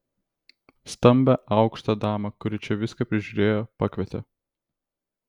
stambią aukštą damą kuri čia viską prižiūrėjo pakvietė